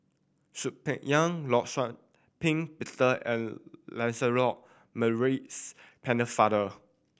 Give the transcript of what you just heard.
Soon Peng Yam Law Shau Ping Peter and Lancelot Maurice Pennefather